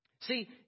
See